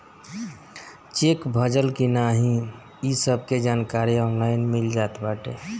check भजल की नाही इ सबके जानकारी ऑनलाइन मिल जात बाटे